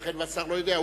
ייתכן שהשר לא יודע.